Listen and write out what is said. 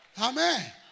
Amen